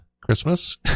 Christmas